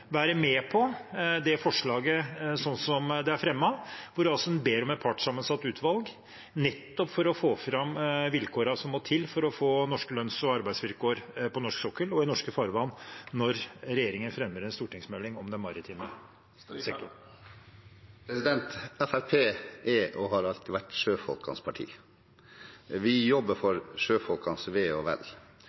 være med på det forslaget som er fremmet, der en ber om et partssammensatt utvalg nettopp for å få fram vilkårene som må til for å få norske lønns- og arbeidsvilkår på norsk sokkel og i norske farvann, når regjeringen fremmer en stortingsmelding om det maritime? Fremskrittspartiet er og har alltid vært sjøfolkenes parti. Vi jobber for sjøfolkenes ve og vel.